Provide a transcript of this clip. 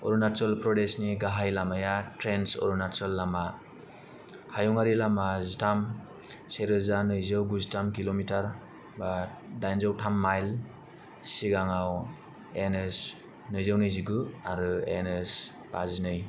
अरुणाचल प्रदेशनि गाहाय लामाया ट्रेन्स अरुणाचल लामा हायुंआरि लामा जिथाम से रोजा नैजौ गुजिथाम किल'मिटार बा दाइनजौ थाम माइल सिगाङाव एन ओइत्स नैजौ नैजिगु आरो एन ओइत्स बाजिनै